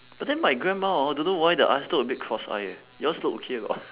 but then my grandma hor don't know why the eyes look a bit cross eye eh yours look okay or not